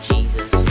Jesus